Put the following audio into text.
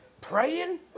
Praying